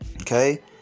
okay